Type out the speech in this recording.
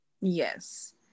Yes